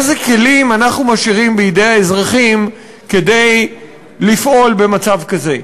איזה כלים אנחנו משאירים בידי האזרחים כדי לפעול במצב כזה?